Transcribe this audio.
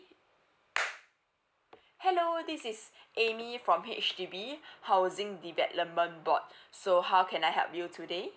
hello this is amy from H_D_B housing development board so how can I help you today